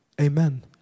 Amen